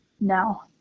No